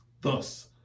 thus